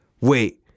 Wait